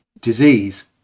disease